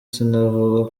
sinavuga